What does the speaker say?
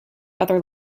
other